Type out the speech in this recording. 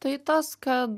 tai tas kad